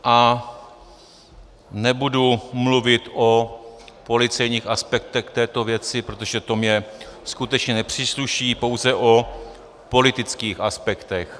A nebudu mluvit o policejních aspektech této věci, protože to mně skutečně nepřísluší, pouze o politických aspektech.